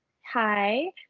Hi